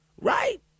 right